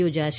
યોજાશે